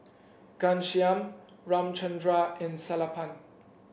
Ghanshyam Ramchundra and Sellapan